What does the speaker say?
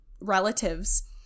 relatives